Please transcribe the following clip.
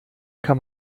kann